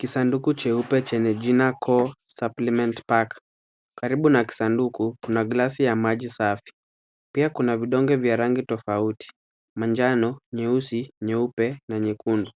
Kisanduku cheupe chenye jina Cosupplement Pack. Karibu na kisanduku kuna glasi ya maji safi. Pia kuna vidonge vya rangi tofauti manjano, nyeusi, nyeupe na nyekundu.